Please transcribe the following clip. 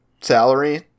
salary